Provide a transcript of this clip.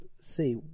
see